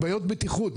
בעיות בטיחות,